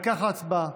על כך ההצבעה.